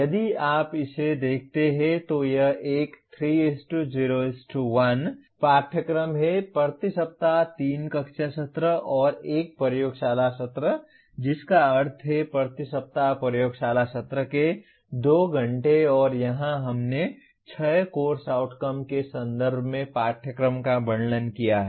यदि आप इसे देखते हैं तो यह एक 3 0 1 पाठ्यक्रम है प्रति सप्ताह 3 कक्षा सत्र और 1 प्रयोगशाला सत्र जिसका अर्थ है प्रति सप्ताह प्रयोगशाला सत्र के 2 घंटे और यहां हमने 6 कोर्स आउटकम्स के संदर्भ में पाठ्यक्रम का वर्णन किया है